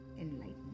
enlightened